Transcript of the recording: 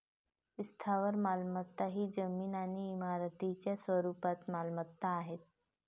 स्थावर मालमत्ता ही जमीन आणि इमारतींच्या स्वरूपात मालमत्ता आहे